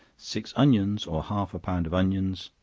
six onions or half a pound of onions,